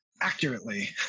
accurately